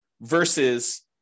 versus